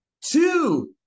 two